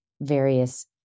various